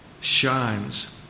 Shines